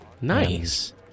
nice